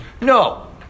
No